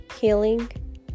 healing